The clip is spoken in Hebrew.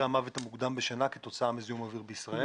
המוות בשנה כתוצאה מזיהום אוויר בישראל.